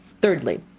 Thirdly